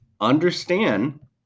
understand